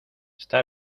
está